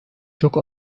çok